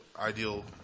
ideal